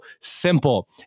simple